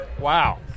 Wow